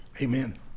Amen